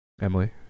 Emily